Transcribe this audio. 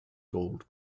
gold